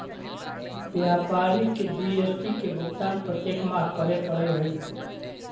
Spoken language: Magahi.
व्यापारी के जी.एस.टी के भुगतान प्रत्येक माह करे पड़ऽ हई